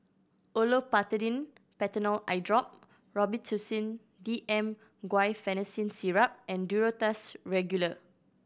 Olopatadine Patanol Eyedrop Robitussin D M Guaiphenesin Syrup and Duro Tuss Regular